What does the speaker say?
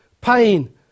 Pain